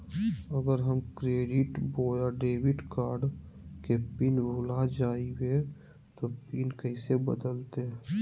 अगर हम क्रेडिट बोया डेबिट कॉर्ड के पिन भूल जइबे तो पिन कैसे बदलते?